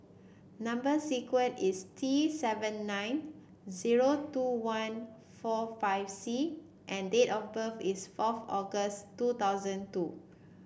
number sequence is T seven nine zero two one four five C and date of birth is fourth August two thousand two